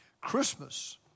Christmas